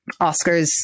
Oscars